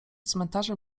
cmentarze